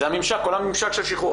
זה הממשק, כל הממשק של שחרור.